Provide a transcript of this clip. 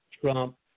Trump